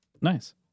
Nice